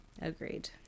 Agreed